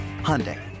Hyundai